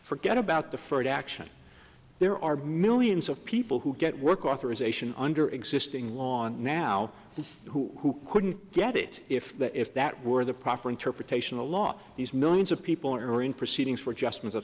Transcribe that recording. forget about the first action there are millions of people who get work authorization under existing laws now the who couldn't get it if that if that were the proper interpretation the law these millions of people are in proceedings for adjustment